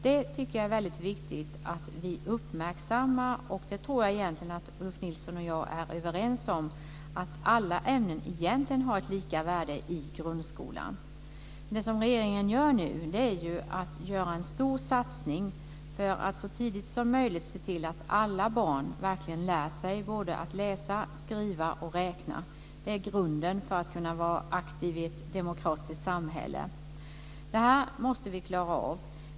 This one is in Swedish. Det tycker jag är väldigt viktigt att vi uppmärksammar. Jag tror egentligen att Ulf Nilsson och jag är överens om att alla ämnen har lika värde i grundskolan. Det som regeringen gör nu är en stor satsning för att så tidigt som möjligt se till att alla barn verkligen lär sig både att läsa, skriva och räkna. Det är grunden för att man ska kunna vara aktiv i ett demokratiskt samhälle. Detta måste vi klara av.